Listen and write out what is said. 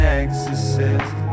exorcist